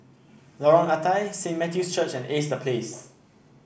Lorong Ah Thia Saint Matthew's Church and Ace The Place